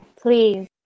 please